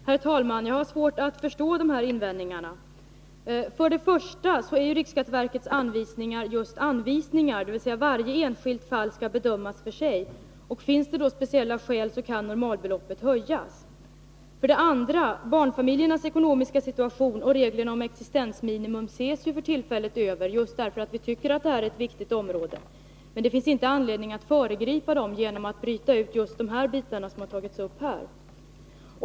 Herr talman! Jag har svårt att förstå invändningarna. För det första är riksskatteverkets anvisningar just anvisningar, dvs. varje enskilt fall skall bedömas för sig, och om det finns speciella skäl kan normalbeloppet höjas. För det andra: Barnfamiljernas ekonomiska situation och reglerna om existensminimum ses för tillfället över, just därför att vi tycker att detta är ett viktigt område. Men det finns inte anledning att föregripa översynen genom att bryta ut just de bitar som har tagits upp här.